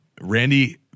Randy